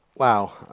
Wow